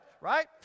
right